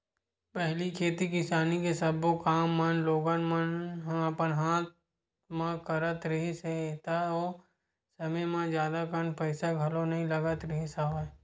पहिली खेती किसानी के सब्बो काम मन लोगन मन ह अपन हाथे म करत रिहिस हे ता ओ समे म जादा कन पइसा घलो नइ लगत रिहिस हवय